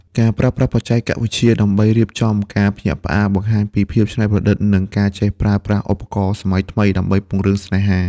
ការប្រើប្រាស់បច្ចេកវិទ្យាដើម្បីរៀបចំការភ្ញាក់ផ្អើល បង្ហាញពីភាពច្នៃប្រឌិត និងការចេះប្រើប្រាស់ឧបករណ៍សម័យថ្មីដើម្បីពង្រឹងស្នេហា។